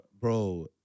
Bro